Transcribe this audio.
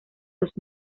los